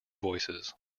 voices